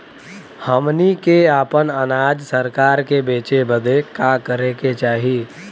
हमनी के आपन अनाज सरकार के बेचे बदे का करे के चाही?